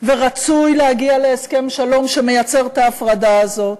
ורצוי להגיע להסכם שלום שמייצר את ההפרדה הזאת.